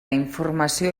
informació